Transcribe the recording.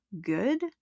good